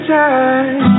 time